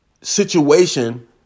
situation